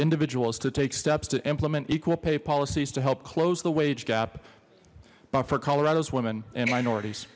individuals to take steps to implement equal pay policies to help close the wage gap but for colorado's women and minorities